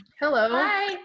Hello